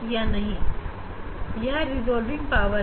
यह छोटा n पहला ऑर्डर दूसरा आर्डर तीसरा ऑर्डर है